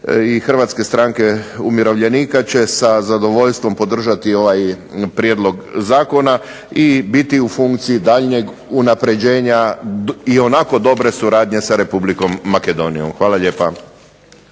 Hrvatske stranke umirovljenika će sa zadovoljstvom podržati ovaj prijedlog zakona, i biti u funkciji daljnjeg unapređenja ionako dobre suradnje sa Republikom Makedonijom. Hvala lijepa.